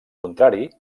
contrari